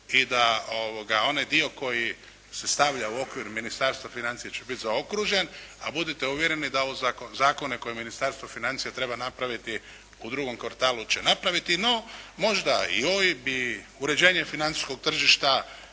i da onaj dio koji se stavlja u okvir Ministarstva financija će biti zaokružen, a budite uvjereni da u zakone koje Ministarstvo financija treba napraviti u drugom kvartalu će napraviti. No, možda joj bi uređenje financijskog tržišta